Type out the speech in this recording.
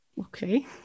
Okay